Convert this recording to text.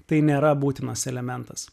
tai nėra būtinas elementas